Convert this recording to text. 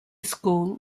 school